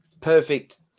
perfect